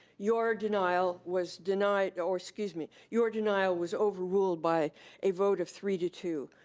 your denial was denied, or, excuse me. your denial was overruled by a vote of three to two.